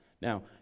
Now